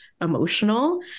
emotional